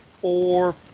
four